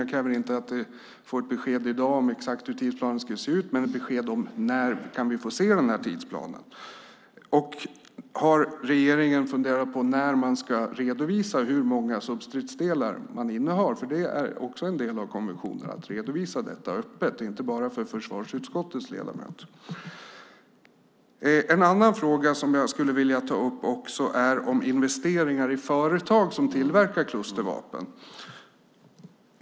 Jag kräver inte att få ett besked i dag om exakt hur tidsplanen ska se ut, men jag vill ha ett besked om när vi kan få se den. Och har regeringen funderat på när man ska redovisa hur många substridsdelar man innehar? Att redovisa detta öppet och inte bara för försvarsutskottets ledamöter är nämligen också en del av konventionen. En annan fråga jag också skulle vilja ta upp är investeringar i företag som tillverkar klustervapen.